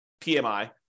PMI